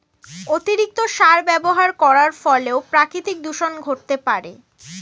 অতিরিক্ত সার ব্যবহার করার ফলেও প্রাকৃতিক দূষন ঘটতে পারে